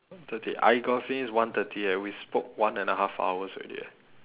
one thirty I got a feeling it's one thirty eh we spoke one and a half hours already eh